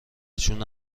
جون